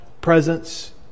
presence